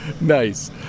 Nice